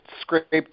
scraped